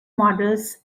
models